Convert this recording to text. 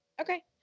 Okay